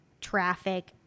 traffic